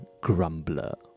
Grumbler